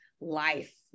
life